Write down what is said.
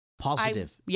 Positive